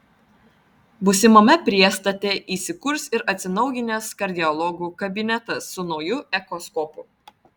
būsimame priestate įsikurs ir atsinaujinęs kardiologų kabinetas su nauju echoskopu